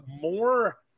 more